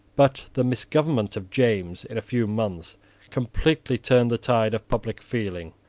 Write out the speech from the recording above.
but the misgovernment of james in a few months completely turned the tide of public feeling.